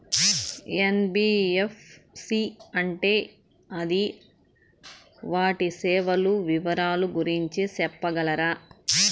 NBFC అంటే అది వాటి సేవలు వివరాలు గురించి సెప్పగలరా?